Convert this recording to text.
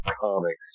comics